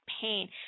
pain